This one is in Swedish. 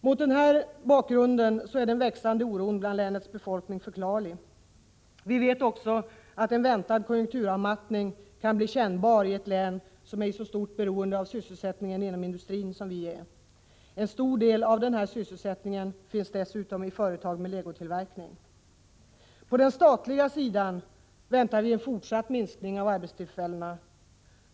Mot denna bakgrund är den växande oron bland länets befolkning förklarlig. Vi vet också att en väntad konjukturavmattning kan bli kännbar i ett län som är så beroende av sysselsättningen inom industrin som Blekinge län. En stor del av denna sysselsättning finns dessutom i företag med legotillverkning. På den statliga sidan väntas en fortsatt minskning av antalet arbetstillfällen.